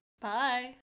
Bye